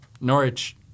Norwich